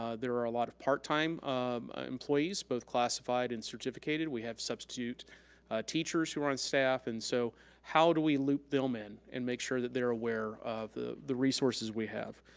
ah there are a lot of part-time um employees, both classified and certificated. we have substitute teachers who are on staff and so how do we loop them in and make sure that they're aware of the the resources we have.